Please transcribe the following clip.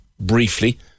briefly